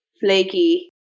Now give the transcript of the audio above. flaky